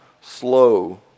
slow